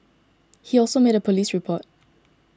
he also made a police report